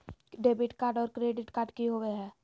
Debit card और credit card की होवे हय?